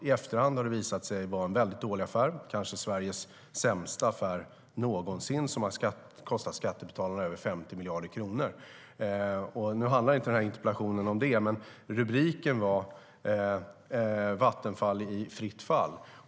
I efterhand har det visat sig vara en mycket dålig affär, kanske Sveriges sämsta affär någonsin, som har kostat skattebetalarna över 50 miljarder kronor. Nu handlar inte den här interpellationen om det, men rubriken på interpellationen är Vattenfall i fritt fall.